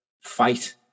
fight